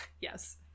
yes